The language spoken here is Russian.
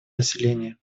населения